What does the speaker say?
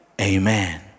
amen